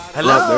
Hello